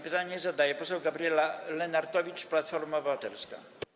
Pytanie zadaje poseł Gabriela Lenartowicz, Platforma Obywatelska.